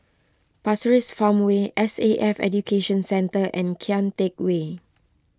Pasir Ris Farmway S A F Education Centre and Kian Teck Way